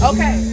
Okay